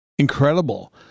Incredible